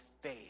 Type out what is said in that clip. faith